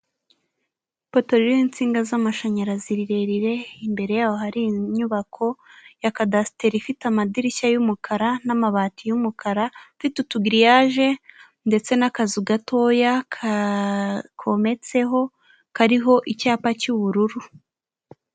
Ipoto ririho insinga z'amashanyarazi rirerire, imbere y'aho hari inyubako ya kadasiteri ifite amadirishya y'umukara n'amabati y'umukara, ifite utugiriyaje ndetse n'akazu gatoya ka kometseho kariho icyapa cy'ubururu.